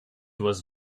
was